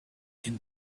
can